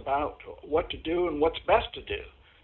about what to do and what's best to do